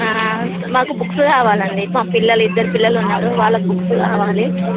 మాకు బుక్స్ కావాలండి మా పిల్లలు ఇద్దరు పిల్లలున్నారు వాళ్ళకి బుక్స్ కావాలి